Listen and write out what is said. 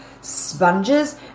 sponges